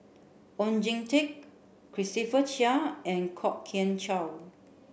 Oon Jin Teik Christopher Chia and Kwok Kian Chow